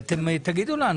אתם תגידו לנו,